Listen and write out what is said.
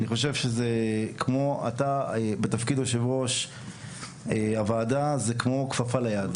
אני חושב שאתה בתפקיד יושב-ראש הוועדה זה כמו כפפה ליד,